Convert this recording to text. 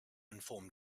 inform